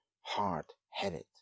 hard-headed